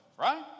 right